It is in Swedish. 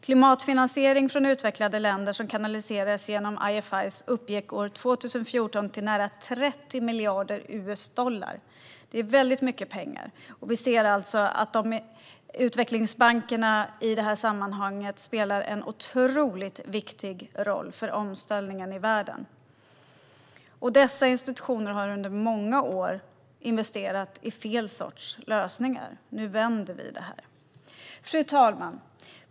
Klimatfinansiering från utvecklade länder som kanaliserats genom IFI:er uppgick år 2014 till nära 30 miljarder US-dollar. Det är väldigt mycket pengar. Vi ser alltså att utvecklingsbankerna, i det sammanhanget, spelar en viktig roll för omställningen i världen. Dessa institutioner har under många år investerat i fel sorts lösningar. Nu vänder vi det här. Fru talman!